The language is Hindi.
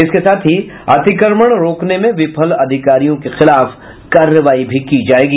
इसके साथ ही अतिक्रमण रोकने में विफल अधिकारियों के खिलाफ कार्रवाई भी की जायेगी